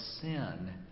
sin